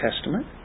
Testament